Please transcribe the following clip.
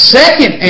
second